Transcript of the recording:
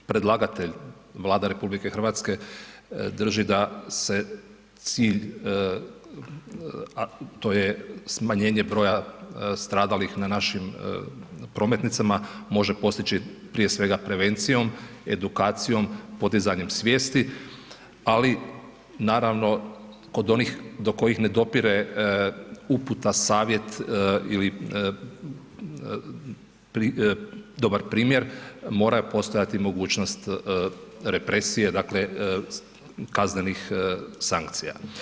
Predlagatelj, Vlada RH drži da se cilj, to je smanjenje broja stradalih na našim prometnicama može postići prije svega prevencijom, edukacijom, podizanjem svijesti, ali naravno kod onih do kojih ne dopire uputa, savjet ili dobar primjer, mora postojati mogućnost represije, dakle, kaznenih sankcija.